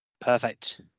Perfect